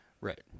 Right